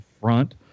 front